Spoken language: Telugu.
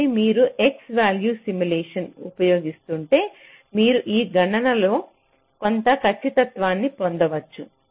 కాబట్టి మీరు x వ్యాల్యూ సిమ్ములేషన్ ఉపయోగిస్తుంటే మీరు ఈ గణనలో కొంత ఖచ్చితత్వాన్ని పొందవచ్చు